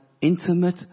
intimate